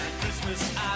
Christmas